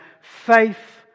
faith